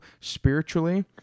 spiritually